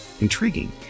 intriguing